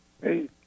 Hey